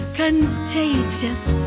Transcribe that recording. contagious